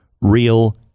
real